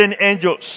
angels